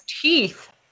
teeth